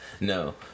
No